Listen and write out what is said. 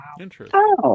Interesting